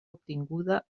obtinguda